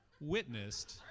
witnessed